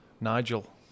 Nigel